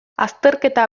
azterketa